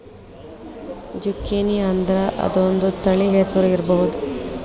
ಜುಕೇನಿಅಂದ್ರ ಅದೊಂದ ತಳಿ ಹೆಸರು ಇರ್ಬಹುದ